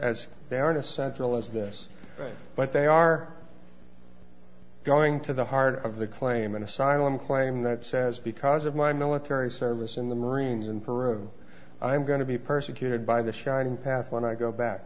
as they are an essential as this but they are going to the heart of the claim an asylum claim that says because of my military service in the marines and i'm going to be persecuted by the shining path when i go back